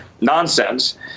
nonsense